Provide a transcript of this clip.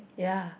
ya